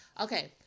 Okay